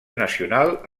nacional